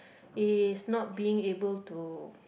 is not being able to